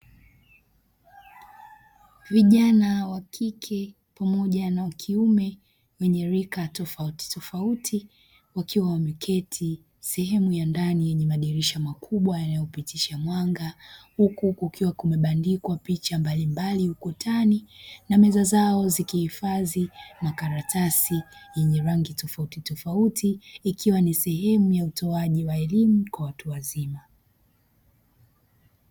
Vijana wa kike pamoja na wa kiume wenye rika tofautitofauti wakiwa wameketi sehemu ya ndani yenye madirisha makubwa yanayo pitisha mwanga, huku kukiwa kumebandikwa picha mbalimbali ukutani na meza zao zikihifadhi makaratasi yenye rangi tofautitofauti ikiwa ni sehemu ya utoaji elimu kwa watu wazima.